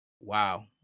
wow